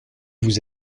vous